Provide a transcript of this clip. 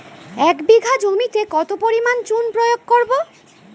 এক বিঘা জমিতে কত পরিমাণ চুন প্রয়োগ করব?